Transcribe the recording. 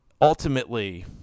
Ultimately